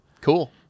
cool